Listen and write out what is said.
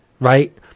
right